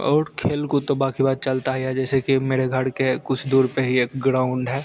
और खेल कूद तो बाक़ी बात चलता है जैसे कि मेरे घर के कुछ दूर पर ही एक ग्राउंड है